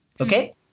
Okay